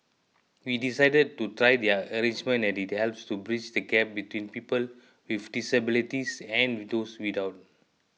we decided to try the arrangement as it helps to bridge the gap between people with disabilities and those without